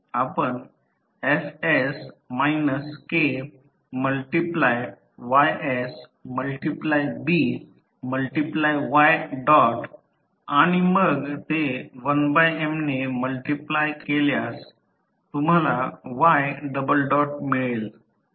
आपण fs minus K multiply ys multiply B multiply y dot आणि मग ते 1M ने मल्टिप्लाय केल्यास तुम्हाला y डबल डॉट मिळेल